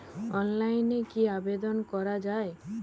অনলাইনে কি আবেদন করা য়ায়?